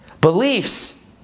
Beliefs